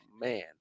man